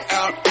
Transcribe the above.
out